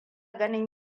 ganin